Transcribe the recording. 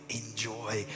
enjoy